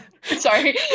Sorry